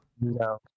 No